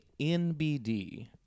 NBD